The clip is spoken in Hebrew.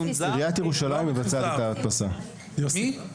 אז שוב,